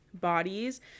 bodies